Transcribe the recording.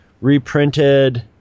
reprinted